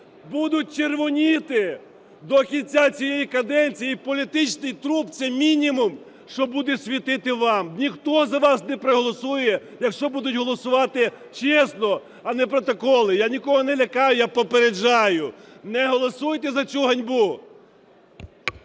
будуть червоніти до кінця цієї каденції, і політичний труп – це мінімум, що буде світити вам. Ніхто за вас не проголосує, якщо будуть голосувати чесно, а не протоколи. Я нікого не лякаю, я попереджаю,. Не голосуйте за цю ганьбу!